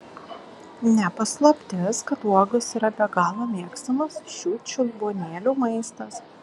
ne paslaptis kad uogos yra be galo mėgstamas šių čiulbuonėlių maistas